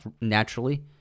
naturally